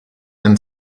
and